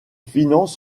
finance